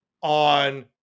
on